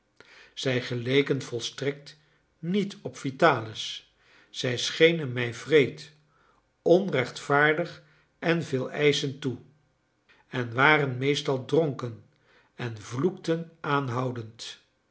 zij geleken volstrekt niet op vitalis zij schenen mij wreed onrechtvaardig en veeleischend toe en waren meestal dronken en vloekten aanhoudend